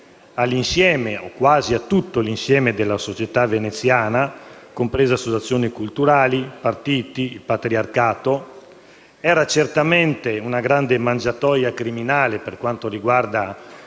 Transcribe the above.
all'insieme, o quasi a tutto l'insieme, della società veneziana, comprese associazioni culturali, partiti, patriarcato. Era certamente una grande mangiatoia criminale per quanto riguarda